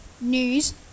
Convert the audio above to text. news